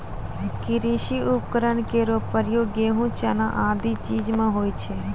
कृषि उपकरण केरो प्रयोग गेंहू, चना आदि चीज म होय छै